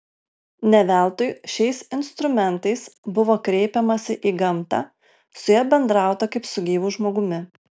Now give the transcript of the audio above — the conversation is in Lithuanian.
ne veltui šiais instrumentais buvo kreipiamasi į gamtą su ja bendrauta kaip su gyvu žmogumi